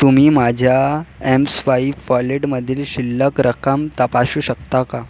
तुम्ही माझ्या एमस्वाईप वॉलेटमधील शिल्लक रक्कम तपासू शकता का